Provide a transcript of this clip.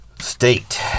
State